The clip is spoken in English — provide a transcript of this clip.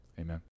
amen